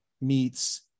meets